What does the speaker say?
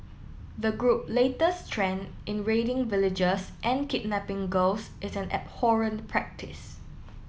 the group latest trend in raiding villages and kidnapping girls is an abhorrent practice